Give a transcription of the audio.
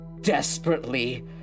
desperately